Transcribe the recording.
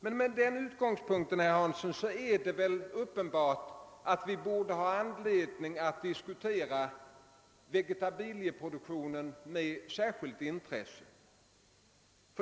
Men med den utgångspunkten är det väl uppenbart att vi har anledning att ägna vegetabilieproduktionen särskilt intresse.